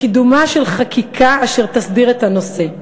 לקידומה של חקיקה אשר תסדיר את הנושא.